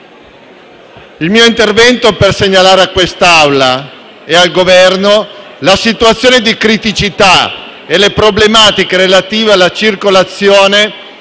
il mio intervento è volto a segnalare a quest'Assemblea e al Governo la situazione di criticità e le problematiche relative alla circolazione